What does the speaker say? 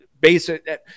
Basic